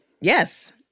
Yes